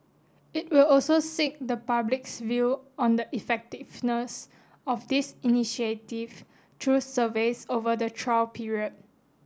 it will also seek the public's view on the effectiveness of this initiative through surveys over the trial period